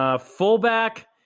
fullback